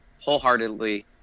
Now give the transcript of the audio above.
wholeheartedly